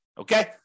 Okay